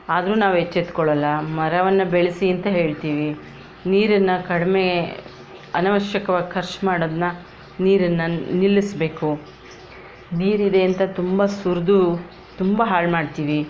ಆದರೂ ನಾವು ಎಚ್ಚೆಚ್ಚೆತ್ತುಕೊಳ್ಳಲ್ಲ ಮರವನ್ನು ಬೆಳೆಸಿ ಅಂತ ಹೇಳ್ತೀವಿ ನೀರನ್ನು ಕಡಿಮೆ ಅನವಶ್ಯಕವಾಗಿ ಖರ್ಚು ಮಾಡೋದನ್ನು ನೀರನ್ನು ನಿಲ್ಲಿಸ್ಬೇಕು ನೀರಿದೆ ಅಂತ ತುಂಬ ಸುರಿದು ತುಂಬ ಹಾಳು ಮಾಡ್ತೀವಿ